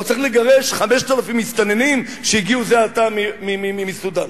או צריך לגרש 5,000 מסתננים שהגיעו זה עתה מסודן,